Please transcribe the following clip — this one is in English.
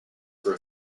for